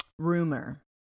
rumor